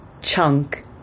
chunk